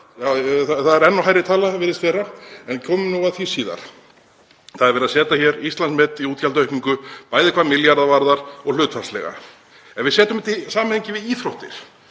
það er enn hærri tala, virðist vera, en komum að því síðar. Það er verið að setja Íslandsmet í útgjaldaaukningu, bæði hvað milljarða varðar og hlutfallslega. Ef við setjum þetta í samhengi við íþróttir,